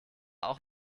auch